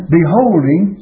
beholding